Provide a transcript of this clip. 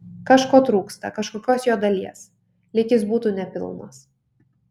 kažko trūksta kažkokios jo dalies lyg jis būtų nepilnas